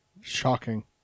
Shocking